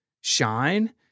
shine